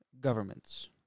governments